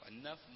enough